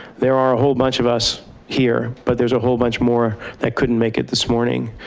there are a whole bunch of us here, but there's a whole bunch more that couldn't make it this morning.